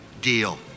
deal